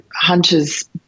Hunter's